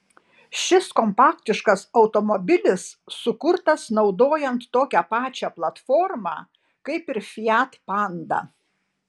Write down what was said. šis kompaktiškas automobilis sukurtas naudojant tokią pačią platformą kaip ir fiat panda